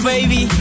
Baby